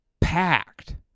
packed